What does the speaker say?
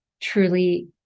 truly